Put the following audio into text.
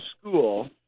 school